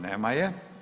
Nema je.